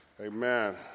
Amen